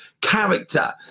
character